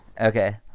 Okay